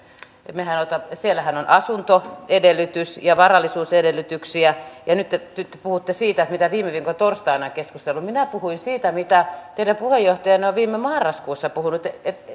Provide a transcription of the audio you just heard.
siellähän on asuntoedellytys ja varallisuusedellytyksiä ja nyt te te puhutte siitä mitä viime viikon torstaina on keskusteltu minä puhuin siitä mitä teidän puheenjohtajanne on viime marraskuussa puhunut